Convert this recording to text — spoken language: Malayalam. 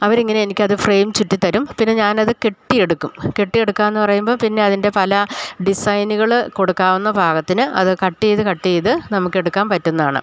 അവർ ഇങ്ങനെ എനിക്ക് അത് ഫ്രെയിം ചുറ്റി തരും പിന്നെ ഞാൻ അത് കെട്ടി എടുക്കും കെട്ടിയെട്ക്കാന്ന് പറയുമ്പോൾ പിന്നെ അതിൻ്റെ പല ഡിസൈന്കൾ കൊടുക്കാവുന്ന പാകത്തിന് അത് കട്ട് ചെയ്ത് കട്ട് ചെയ്ത് നമുക്ക് എടുക്കാൻ പറ്റുന്നതാണ്